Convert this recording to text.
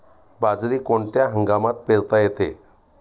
बाजरी कोणत्या हंगामात पेरता येते?